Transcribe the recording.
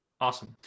Awesome